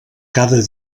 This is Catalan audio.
cada